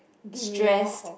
stress